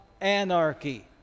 anarchy